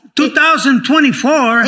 2024